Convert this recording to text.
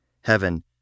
Heaven